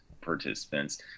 participants